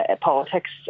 politics